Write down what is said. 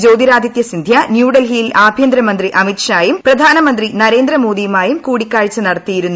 ജ്യോതിരാദിത്യ സിന്ധ്യ ന്യൂഡൽഹിയിൽ ആഭ്യന്തരമന്ത്രി അമിത് ഷായും പ്രധാനമന്ത്രി നരേന്ദ്രമോദിയുമായും കൂടിക്കാഴ്ച നടത്തിയിരുന്നു